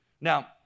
Now